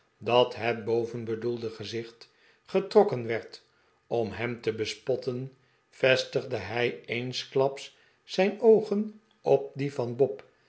dat het bovenbedoelde gezicht ge trokken werd om hem te bespotten vestigde hij eensklaps zijn oogen op die van bob